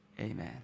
Amen